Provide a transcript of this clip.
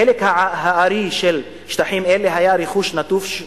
חלק הארי של שטחים אלה היה רכוש נטוש,